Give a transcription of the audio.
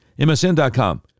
MSN.com